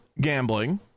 gambling